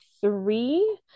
three